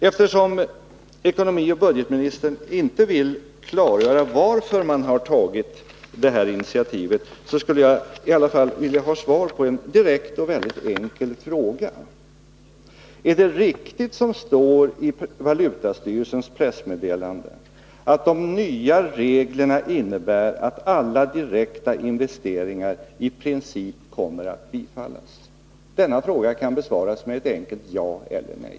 Eftersom ekonomioch budgetministern inte vill klargöra varför man har tagit det här initiativet, skulle jag i alla fall vilja ha svar på en mycket direkt och enkel fråga: Är det riktigt, som det står i valutastyrelsens pressmeddelande, att de nya reglerna innebär att alla direkta investeringar i princip kommer att bifallas? Denna fråga kan besvaras med ett enkelt ja eller nej.